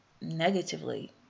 negatively